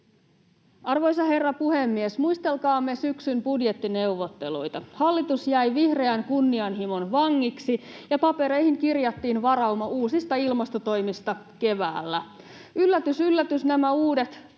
Arvoisa herra puhemies! Muistelkaamme syksyn budjettineuvotteluita. Hallitus jäi vihreän kunnianhimon vangiksi, ja papereihin kirjattiin varauma uusista ilmastotoimista keväällä. Yllätys, yllätys: nämä uudet toimet,